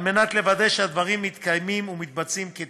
על מנת לוודא שהדברים מתקדמים ומתבצעים כתיקונם.